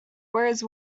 whereas